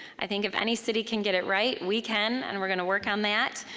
i think if any city can get it right, we can, and we're gonna work on that.